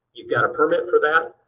you've got a permit for that,